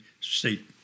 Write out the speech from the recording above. state